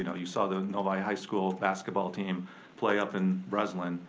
you saw the novi high school basketball team play up in breslin,